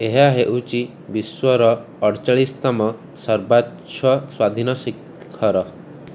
ଏହା ହେଉଚି ବିଶ୍ୱର ଅଡ଼ଚାଳିଶି ତମ ସର୍ବାଛ ସ୍ୱାଧୀନ ଶିଖର